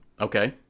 okay